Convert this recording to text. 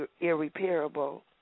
irreparable